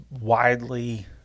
widely